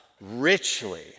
richly